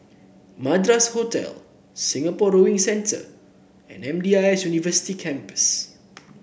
Madras Hotel Singapore Rowing Centre and M D I S University Campus